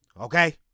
Okay